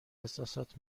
احساسات